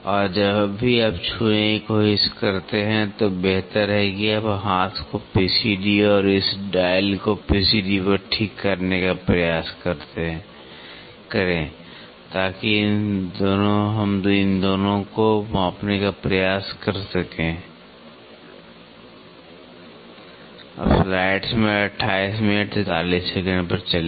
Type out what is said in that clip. और जब भी आप छूने की कोशिश करते हैं तो बेहतर है कि आप हाथ को P C D पर और इस डायल को P C D पर ठीक करने का प्रयास करें ताकि हम इन दोनों को मापने का प्रयास कर सकें